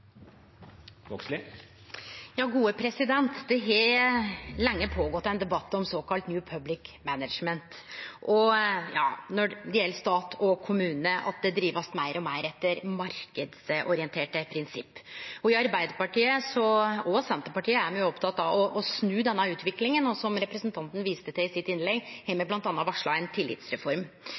har lenge vore ein debatt om såkalla «new public management», og når det gjeld stat og kommune, at dei blir drivne meir og meir etter marknadsorienterte prinsipp. Arbeidarpartiet og òg Senterpartiet er opptekne av å snu denne utviklinga, og som representanten viste til i innlegget sitt, har me bl.a. varsla ein tillitsreform.